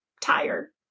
tired